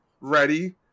ready